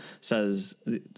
says